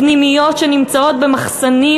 פנימיות שנמצאות במחסנים,